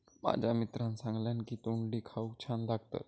माझ्या मित्रान सांगल्यान की तोंडली खाऊक छान लागतत